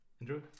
Andrew